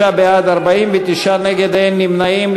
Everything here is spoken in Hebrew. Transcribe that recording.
חברי הכנסת, 36 בעד, 49 נגד, אין נמנעים.